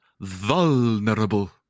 Vulnerable